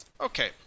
Okay